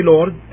Lord